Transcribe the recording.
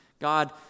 God